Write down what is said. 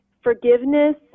forgiveness